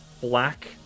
black